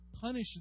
punish